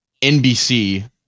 NBC